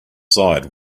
side